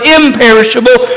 imperishable